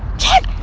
chad!